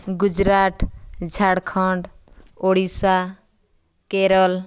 Gujarat Jharkhand Odisha Kerala